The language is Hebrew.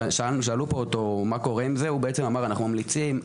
כששאלנו את המל"ג מה קורה עם זה נאמר: אנחנו ממליצים,